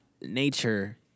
nature